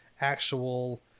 actual